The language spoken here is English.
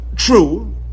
true